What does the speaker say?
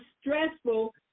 stressful